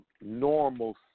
normal